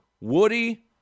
Woody